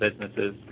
businesses